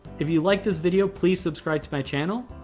if you like this video, please subscribe to my channel.